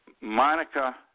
Monica